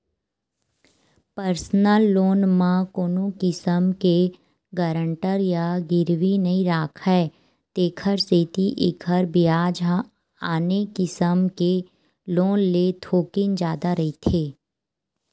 personal loan म कोनो किसम के गारंटर या गिरवी नइ राखय तेखर सेती एखर बियाज ह आने किसम के लोन ले थोकिन जादा रहिथे